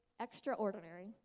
Extraordinary